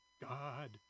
God